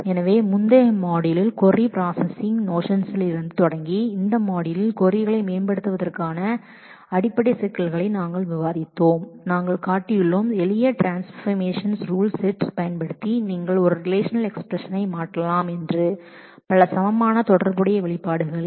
எனவே முந்தைய module query processing notions லிருந்து தொடங்கி இந்த மாட்யூல் கொரிகளை மேம்படுத்துவதற்கான அடிப்படை சிக்கல்களை issues நாங்கள் விவாதித்தோம் நாங்கள் காட்டியுள்ளோம் எளிய ட்ரான்ஸ்பர்மேஷன் ரூல்ஸ் செட் பயன்படுத்தி நீங்கள் ஒரு ரிலேஷநல் எஸ்பிரஸன் மாற்றலாம் பல சமமான தொடர்புடைய வெளிப்பாடுகளில்